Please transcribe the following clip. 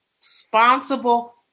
responsible